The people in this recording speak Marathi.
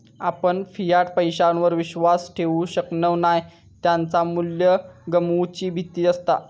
आपण फियाट पैशावर विश्वास ठेवु शकणव नाय त्याचा मू्ल्य गमवुची भीती असता